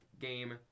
game